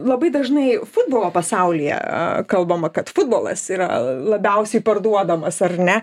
labai dažnai futbolo pasaulyje kalbama kad futbolas yra labiausiai parduodamas ar ne